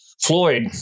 Floyd